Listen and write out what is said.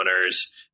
owners